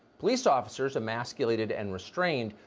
police officers emasculated and restrained,